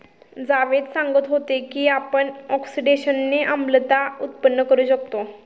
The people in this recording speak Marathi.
जावेद सांगत होते की आपण ऑक्सिडेशनने आम्लता उत्पन्न करू शकतो